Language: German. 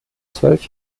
zwölf